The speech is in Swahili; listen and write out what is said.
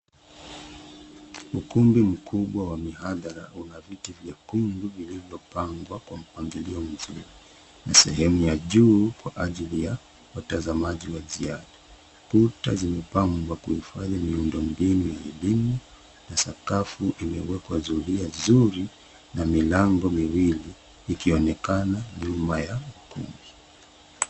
Ukumbi mkubwa wa mihadhara una viti vyekundu vilivyopangwa kwa mpangilio mzuri, na sehemu ya juu kwa ajili ya watazamaji wa ziada. Kuta zimepangwa kuhifadhi miundo mbinu ya elimu, na sakafu imewekwa zulia nzuri, na milango miwili ikionekana nyuma ya ukumbi.